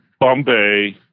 Bombay